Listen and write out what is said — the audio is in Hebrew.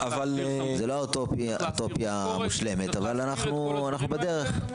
זאת לא אוטופיה מושלמת אבל אנחנו בדרך.